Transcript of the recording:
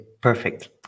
perfect